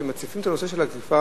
כשמציפים את הנושא של אגריפס,